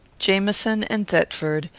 jamieson and thetford,